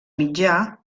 mitjà